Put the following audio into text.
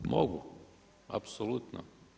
Mogu, apsolutno.